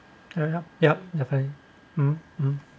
yup yup definitely mm um